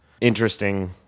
interesting